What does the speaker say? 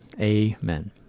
Amen